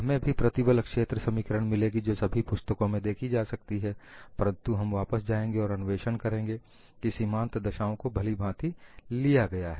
हमें भी प्रतिबल क्षेत्र समीकरण मिलेगी जो सभी पुस्तकों में देखी जा सकती है परंतु हम वापस जाएंगे और अन्वेषण करेंगे कि सीमांत दशाओं को भलीभांति लिया गया है